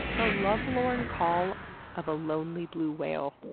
the lovelorn call of a lonely blue whale